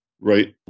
right